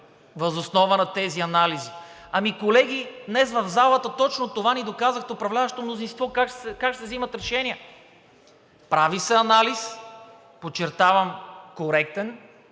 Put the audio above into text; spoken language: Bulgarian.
въз основа на тези анализи. Ами, колеги, днес в залата точно това ни доказаха управляващото мнозинство, как ще вземат решения. Прави се анализ, подчертавам, коректен,